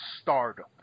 stardom